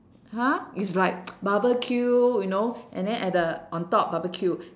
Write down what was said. !huh! is like barbecue you know and then at the on top barbecue